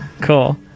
Cool